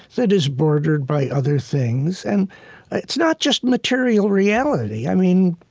that is bordered by other things. and it's not just material reality. i mean,